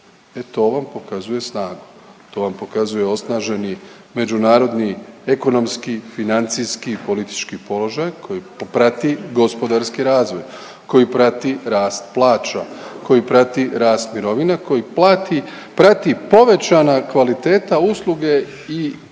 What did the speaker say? E to vam pokazuje snagu. To vam pokazuje osnaženi međunarodni ekonomski, financijski, politički položaj koji poprati gospodarski razvoj, koji prati rast plaća, koji prati rast mirovine, koji prati povećana kvaliteta usluge i ulaganja